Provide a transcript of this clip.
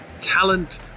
talent